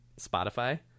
Spotify